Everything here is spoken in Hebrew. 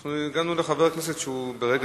אנחנו הגענו לחבר הכנסת שהוא ברגע